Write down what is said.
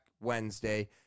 Wednesday